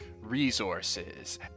resources